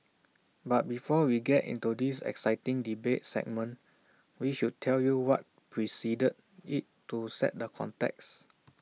but before we get in to this exciting debate segment we should tell you what preceded IT to set the context